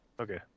Okay